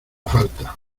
falta